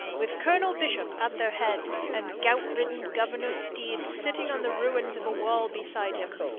with colonel bishop at their head, and gout-ridden governor steed sitting on the ruins of a wall beside him,